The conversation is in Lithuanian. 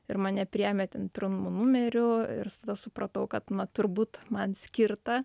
ir mane priėmė ten pirmu numeriu ir tada supratau kad na turbūt man skirta